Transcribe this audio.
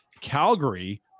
Calgary